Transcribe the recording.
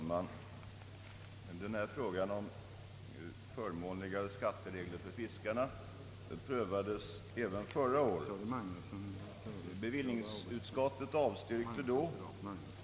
Herr talman! Denna fråga om förmånligare skatteregler för fiskare prövades även förra året, då bevillningsutskottet avstyrkte motionerna.